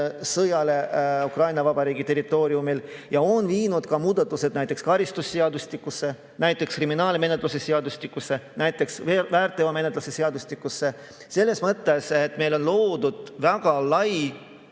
sõjale Ukraina territooriumil ja on viinud muudatused näiteks karistusseadustikku, näiteks kriminaalmenetluse seadustikku ja näiteks väärteomenetluse seadustikku. Selles mõttes on meil loodud väga laiad